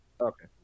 Okay